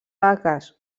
vaques